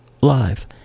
live